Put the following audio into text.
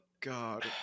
god